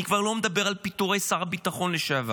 אני כבר לא מדבר על פיטורי שר הביטחון לשעבר,